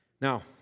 Now